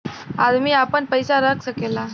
अदमी आपन पइसा रख सकेला